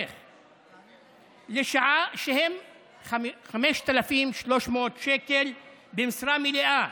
לשעה, שהם 5,300 שקל למשרה מלאה.